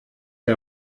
der